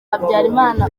habyarimana